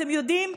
אתם יודעים,